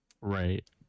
right